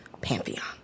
pantheon